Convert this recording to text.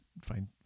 find